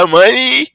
money